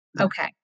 Okay